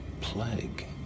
plague